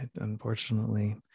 unfortunately